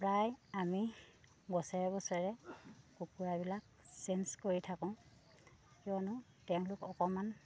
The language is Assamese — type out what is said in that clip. প্ৰায় আমি বছৰে বছৰে কুকুৰাবিলাক চেঞ্জ কৰি থাকোঁ কিয়নো তেওঁলোক অকণমান